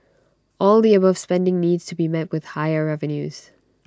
all the above spending needs to be met with higher revenues